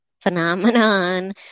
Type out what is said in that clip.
phenomenon